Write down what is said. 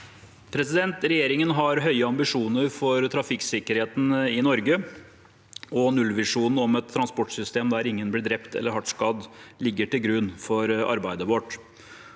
Regjeringen har høye ambisjoner for trafikksikkerheten i Norge, og nullvisjonen om et transportsystem der ingen blir drept eller hardt skadd, ligger til grunn for arbeidet vårt.